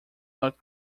not